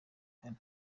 kane